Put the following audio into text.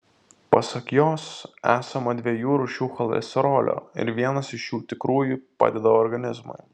pasak jos esama dviejų rūšių cholesterolio ir vienas iš jų iš tikrųjų padeda organizmui